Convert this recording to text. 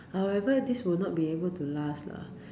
however this will not be able to last lah